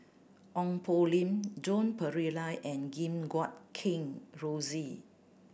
Ong Poh Lim Joan Pereira and Gim Guat Kheng Rosie